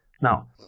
Now